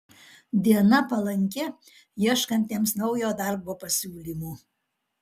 diena palanki ieškantiems naujo darbo pasiūlymų